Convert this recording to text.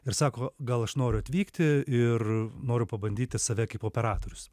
ir sako gal aš noriu atvykti ir noriu pabandyti save kaip operatorius